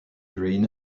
green